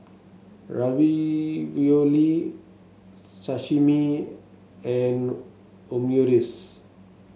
Ravioli Sashimi and Omurice